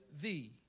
thee